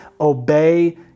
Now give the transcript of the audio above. obey